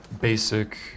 basic